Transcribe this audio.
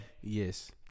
Yes